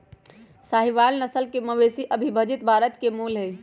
साहीवाल नस्ल के मवेशी अविभजित भारत के मूल हई